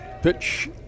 Pitch